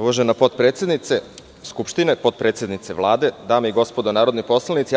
Uvažena potpredsednice Skupštine, potpredsednice Vlade, dame i gospodo narodni poslanici,